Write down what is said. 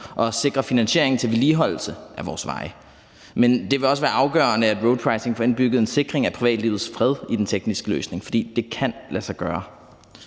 og sikrer finansiering til vedligeholdelse af vores veje. Men det vil også være afgørende, at roadpricing får indbygget en sikring af privatlivets fred i den tekniske løsning, for det kan lade sig gøre.